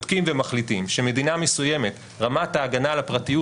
בודקים ומחליטים שמדינה מסוימת רמת ההגנה על הפרטיות